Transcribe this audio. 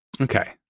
Okay